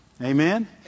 Amen